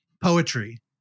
poetry